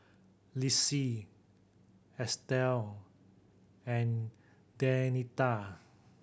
Lisle Estelle and Denita